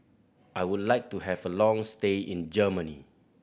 I would like to have a long stay in Germany